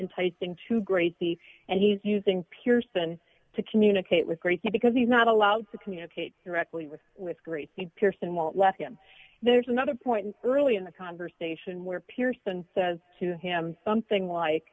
enticed into grady and he's using pierson to communicate with grayson because he's not allowed to communicate directly with with great speed pearson won't let him there's another point early in the conversation where pearson says to him something like